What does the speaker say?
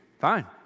fine